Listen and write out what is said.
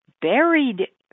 buried